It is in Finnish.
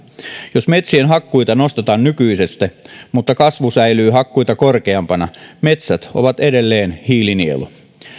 jos metsien hakkuita nostetaan nykyisestä mutta kasvu säilyy hakkuita korkeampana metsät ovat edelleen hiilinielu